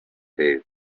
their